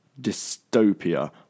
dystopia